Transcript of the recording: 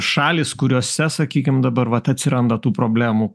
šalys kuriose sakykim dabar vat atsiranda tų problemų